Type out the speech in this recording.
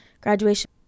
graduation